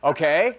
Okay